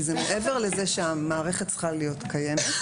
כי זה מעבר לזה שהמערכת צריכה להיות קיימת,